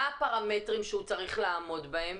מה הפרמטרים שהוא צריך לעמוד בהם?